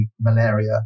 malaria